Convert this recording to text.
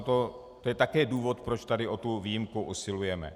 To je také důvod, proč tady o tuto výjimku usilujeme.